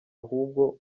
ahubwo